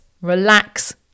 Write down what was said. Relax